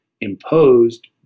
imposed